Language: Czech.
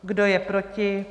Kdo je proti?